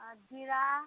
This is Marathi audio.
जीरा